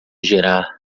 girar